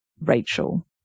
Rachel